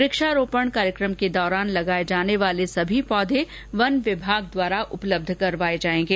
वक्षारोपण कार्यकम के दौरान लगाए जाने वाले सभी पौधे वन विभाग द्वारा उपलब्ध करवाए जाएंगे